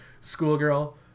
schoolgirl